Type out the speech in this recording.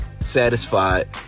satisfied